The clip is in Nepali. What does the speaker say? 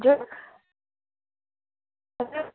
हजुर हजुर